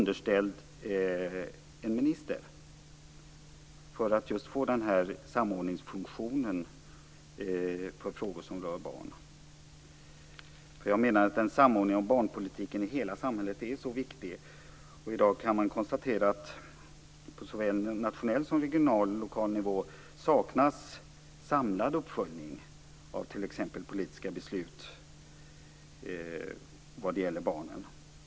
Då får man en samordningsfunktion för frågor som rör barn. Jag menar att en samordning av barnpolitiken i hela samhället är så viktig. I dag kan man konstatera att det på såväl nationell som regional och lokal nivå saknas samlad uppföljning av politiska beslut vad det gäller barnen.